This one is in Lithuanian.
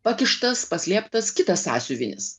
pakištas paslėptas kitas sąsiuvinis